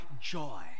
joy